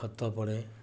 ଖତ ପଡ଼େ